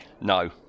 No